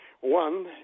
One